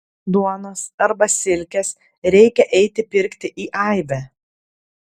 duonos arba silkės reikia eiti pirkti į aibę